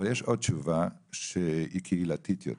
אבל יש עוד תשובה שהיא קהילתית יותר.